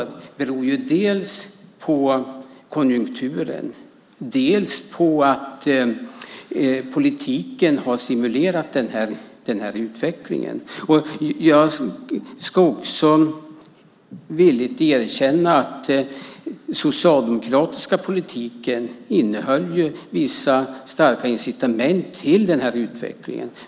Den berodde dels på konjunkturen, dels på att politiken har stimulerat utvecklingen. Jag ska villigt erkänna att den socialdemokratiska politiken innehöll vissa starka incitament till den utvecklingen.